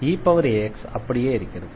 eax அப்படியே இருக்கிறது